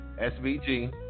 SVG